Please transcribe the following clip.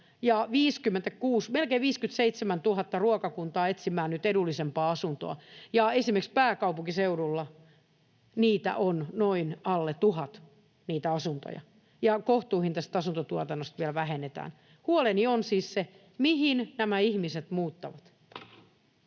ja melkein 57 000 ruokakuntaa etsimään nyt edullisempaa asuntoa. Esimerkiksi pääkaupunkiseudulla niitä asuntoja on noin alle tuhat, ja kohtuuhintaisesta asuntotuotannosta vielä vähennetään. Huoleni on siis se, mihin nämä ihmiset muuttavat.